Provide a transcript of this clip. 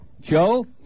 Joe